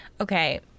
Okay